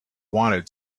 wanted